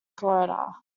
florida